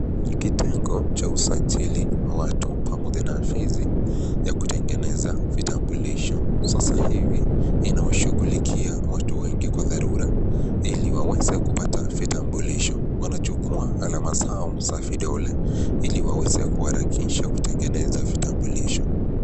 Kitengo cha usajili wa watu pamoja na ofisi ya kutengeneza vitambulisho. Sasa hivi inawashughulikia watu wengi kwa dharura, ili waweze kupata vitambulisho. Wanachukua alama zao za vidole ili waweze kuharakisha kutengeneza vitambulisho.